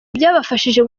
byabafashije